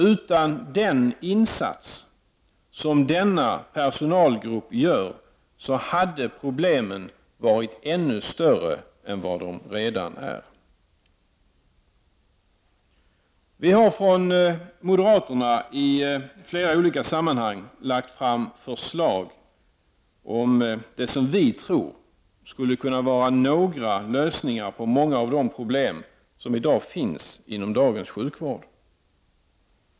Utan den insats som denna personalgrupp gör hade problemen varit ännu större än vad de redan är. Vi moderater har i flera olika sammanhang lagt fram förslag om det som vi tror skulle vara lösningar på många av de problem som finns inom dagens sjukvård.